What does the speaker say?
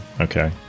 okay